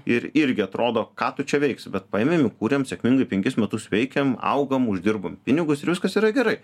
ir irgi atrodo ką tu čia veiksi bet paėmėm įkūrėm sėkmingai penkis metus veikiam augam uždirbam pinigus ir viskas yra gerai